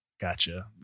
Gotcha